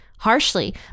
Harshly